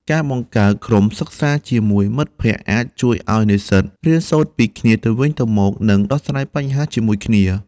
ការបង្កើតក្រុមសិក្សាជាមួយមិត្តភ័ក្តិអាចជួយឲ្យនិស្សិតរៀនសូត្រពីគ្នាទៅវិញទៅមក និងដោះស្រាយបញ្ហាជាមួយគ្នា។